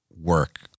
work